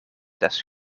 test